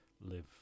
live